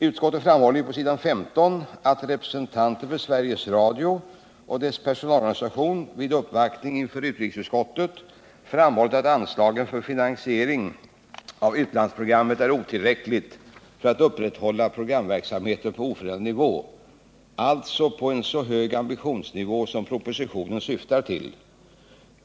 Utskottet framhåller på s. 15 att representanter för Sveriges Radio och dess personalorganisation vid uppvaktning inför utrikesutskottet framhållit att anslaget för finansiering av utlandsprogrammet är otillräckligt för att upprätthålla programverksamheten på oförändrad nivå, alltså på en så hög ambitionsnivå som propositionen syftar till.